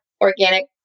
organic